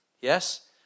Yes